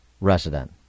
resident